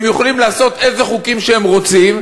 הם יכולים לעשות איזה חוקים שהם רוצים,